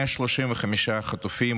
135 חטופים,